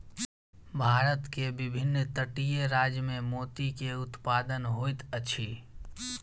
भारत के विभिन्न तटीय राज्य में मोती के उत्पादन होइत अछि